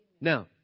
Now